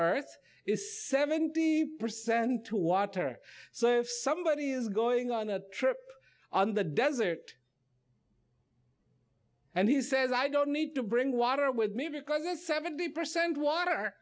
earth is seventy percent to water so if somebody is going on a trip on the desert and he says i don't need to bring water with me because seventy percent water